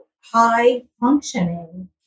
high-functioning